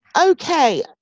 okay